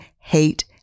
hate